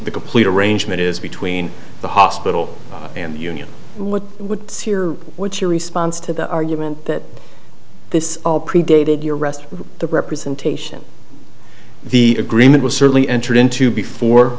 the complete arrangement is between the hospital and the union what would what's your response to the argument that this all predated your arrest the representation the agreement was certainly entered into before